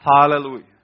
Hallelujah